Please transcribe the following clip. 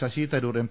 Sasi Tharoor M